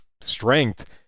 strength